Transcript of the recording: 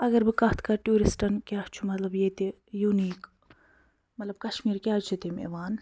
اَگر بہٕ کَتھ کَرٕ ٹیوٗرِسٹَن کیٛاہ چھُ مطلب ییٚتہِ یوٗنیٖک مطلب کشمیٖر کیٛازِ چھِ تِم یِوان